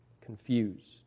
confused